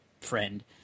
friend